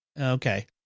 Okay